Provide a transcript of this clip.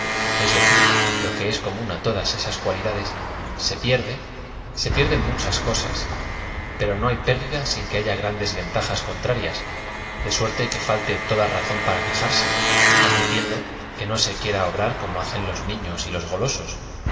es decir lo que es común á todaa estas cualida des ae pierde se pierden muchas cosas pero no hay pérdida ain que haya grandes ventajas contrarias ds suerte que falte toda razón para quejarse admitiendo que no se quiera obrar como hacen los niños y los go